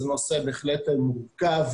זה נושא בהחלט מורכב,